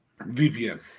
VPN